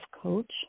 coach